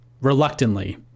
Reluctantly